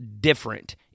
different